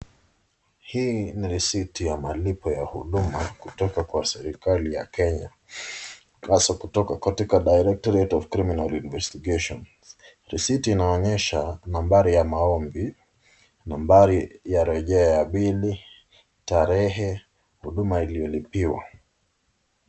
Hii ni risiti ya malipo ya huduma kutoka kwa serikali ya Kenya, haswa kutoka katika Directorate of Crimininal Investigation. Risiti inaonyesha nambari ya maombi, nambari ya rejea ya bili, tarahe, huduma iliolipiwa.